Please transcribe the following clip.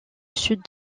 sud